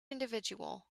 individual